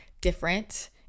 different